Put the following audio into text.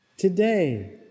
Today